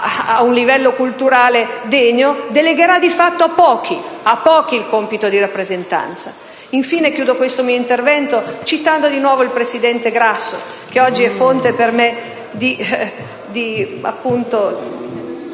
ad un livello culturale degno, delegherà di fatto a pochi il compito di rappresentanza. Concludo il mio intervento citando, di nuovo, il presidente Grasso, oggi fonte per me di